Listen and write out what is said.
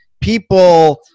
people